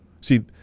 See